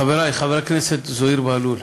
חברי חבר הכנסת זוהיר בהלול,